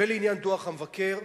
ולעניין דוח המבקר,